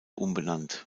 umbenannt